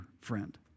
friend